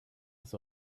das